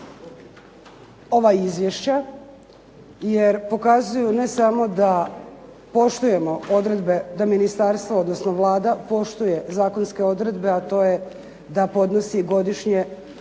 ova izvješća jer pokazuju ne samo da poštujemo odredbe da ministarstvo, odnosno Vlada poštuje zakonske odredbe a to je da podnosi godišnje